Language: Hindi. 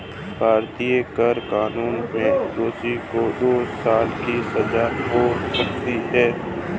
भारतीय कर कानून में दोषी को दो साल की सजा हो सकती है